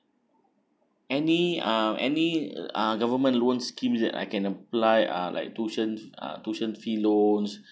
any uh any uh government loan scheme that I can apply uh like tuition uh tuition fee loan